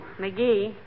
McGee